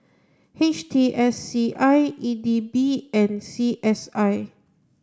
H T S C I E D B and C S I